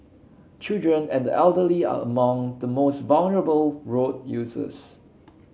children and the elderly are among the most vulnerable road users